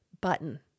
button